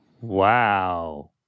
Wow